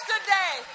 today